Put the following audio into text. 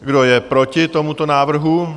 Kdo je proti tomuto návrhu?